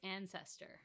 ancestor